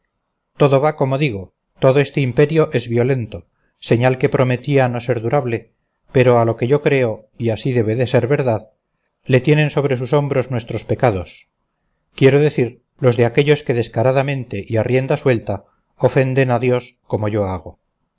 todo va como digo todo este imperio es violento señal que prometía no ser durable pero a lo que yo creo y así debe de ser verdad le tienen sobre sus hombros nuestros pecados quiero decir los de aquellos que descaradamente y a rienda suelta ofenden a dios como yo hago